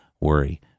worry